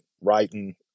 writing